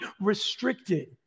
restricted